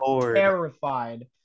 terrified